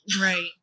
Right